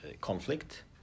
conflict